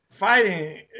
fighting